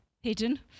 hidden